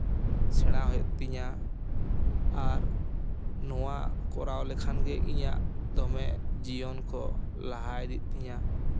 ᱥᱮᱬᱟ ᱦᱩᱭᱩᱜ ᱛᱤᱧᱟᱹ ᱟᱨ ᱱᱚᱣᱟ ᱠᱚᱨᱟᱣ ᱞᱮᱠᱷᱟᱱ ᱜᱮ ᱤᱧᱟᱹᱜ ᱫᱚᱢᱮ ᱡᱤᱭᱚᱱ ᱠᱚ ᱞᱟᱦᱟ ᱤᱫᱤᱜ ᱛᱤᱧᱟᱹ